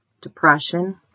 Depression